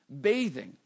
bathing